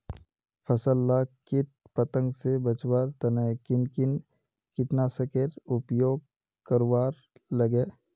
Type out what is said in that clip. फसल लाक किट पतंग से बचवार तने किन किन कीटनाशकेर उपयोग करवार लगे?